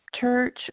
Church